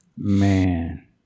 Man